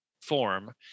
form